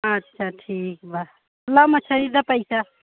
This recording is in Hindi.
अच्छा ठीक बा लाओ मछली का पैसा